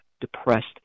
depressed